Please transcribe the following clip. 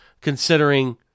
considering